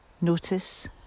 notice